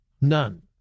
None